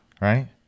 right